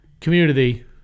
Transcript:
community